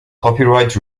copyright